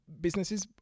businesses